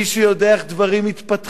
מי שיודע איך דברים מתפתחים,